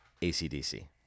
ACDC